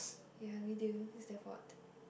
ya video it's their fault